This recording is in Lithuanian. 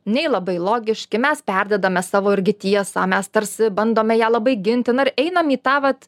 nei labai logiški mes perduodame savo irgi tiesą mes tarsi bandome ją labai ginti na ir einam į tą vat